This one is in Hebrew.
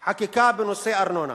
הסעיף הרביעי: חקיקה בנושא ארנונה.